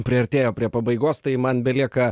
priartėjo prie pabaigos tai man belieka